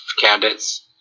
candidates